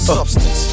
Substance